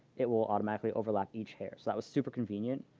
it will automatically overlap each hair. so that was super convenient.